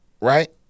right